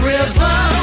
River